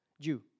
Jew